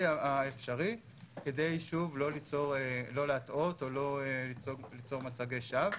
האפשרי כדי לא להטעות או לא ליצור מצגי שווא.